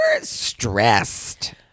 stressed